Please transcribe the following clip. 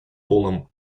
полном